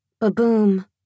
ba-boom